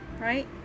right